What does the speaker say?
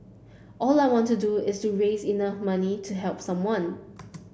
all I wanted to do is to raise enough money to help someone